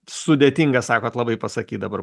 sudėtinga sakot labai pasakyt dabar